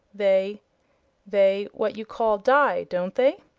they they what you call die don't they?